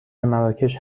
مراکش